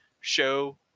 show